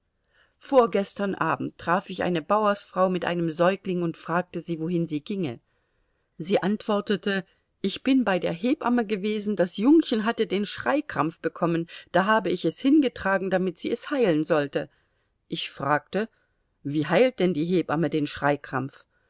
vorgestern abend traf ich eine bauersfrau mit einem säugling und fragte sie wohin sie ginge sie antwortete ich bin bei der hebamme gewesen das jungchen hatte den schreikrampf bekommen da habe ich es hingetragen damit sie es heilen sollte ich fragte wie heilt denn die hebamme den schreikrampf